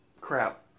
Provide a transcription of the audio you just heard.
Crap